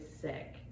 sick